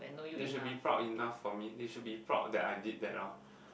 they should be proud enough for me they should be proud that I did that lor